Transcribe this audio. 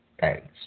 thanks